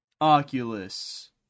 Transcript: Oculus